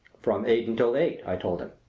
from eight until eight, i told him.